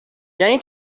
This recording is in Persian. یعنی